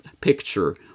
picture